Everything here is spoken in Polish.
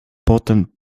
potem